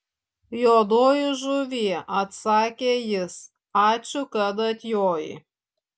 juodoji žuvie atsakė jis ačiū kad atjojai